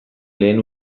lehen